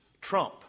trump